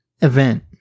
event